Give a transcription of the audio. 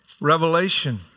Revelation